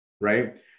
Right